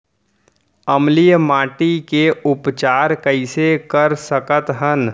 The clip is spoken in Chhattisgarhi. अम्लीय माटी के उपचार कइसे कर सकत हन?